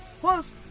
plus